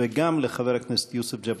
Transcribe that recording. וגם לחבר הכנסת יוסף ג'בארין.